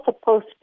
supposed